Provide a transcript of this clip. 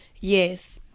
Yes